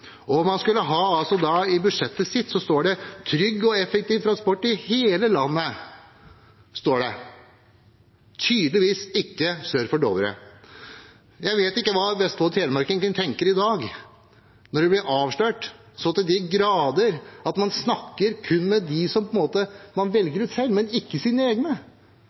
i budsjettet deres står det om trygg og effektiv transport i hele landet. Det gjelder tydeligvis ikke sør for Dovre. Jeg vet ikke hva vestfoldinger og telemarkinger tenker i dag, når det så til de grader blir avslørt at man kun snakker med dem man velger ut selv, men ikke ens egne.